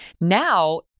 Now